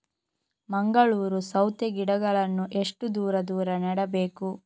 ಮಂಗಳೂರು ಸೌತೆ ಗಿಡಗಳನ್ನು ಎಷ್ಟು ದೂರ ದೂರ ನೆಡಬೇಕು?